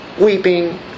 weeping